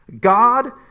God